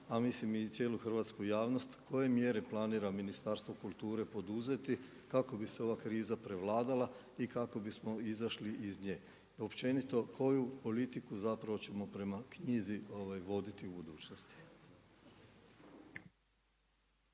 a mislim i cijelu hrvatsku javnost koje mjere planira Ministarstvo kulture poduzeti kako bi se ova kriza prevladala i kako bismo izašli iz nje, općenito koju politiku ćemo prema knjizi voditi u budućnosti?